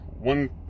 one